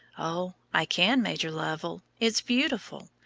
oh, i can, major lovell, it's beautiful.